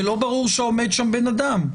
ולא ברור שעומד שם בן אדם,